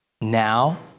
now